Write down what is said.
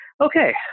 okay